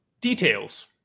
details